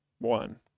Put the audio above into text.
one